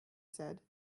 said